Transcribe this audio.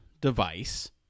device